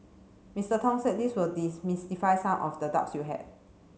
Mister Tong said this will demystify some of the doubts you had